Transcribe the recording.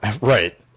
Right